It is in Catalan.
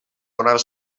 donar